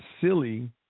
silly